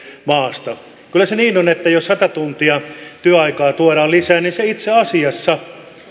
maasta kyllä se niin on että jos sata tuntia työaikaa tuodaan lisää niin se itse asiassa